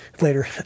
later